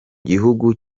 gihugu